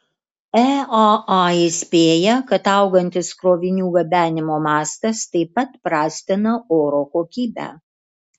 eaa įspėja kad augantis krovinių gabenimo mastas taip pat prastina oro kokybę